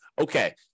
okay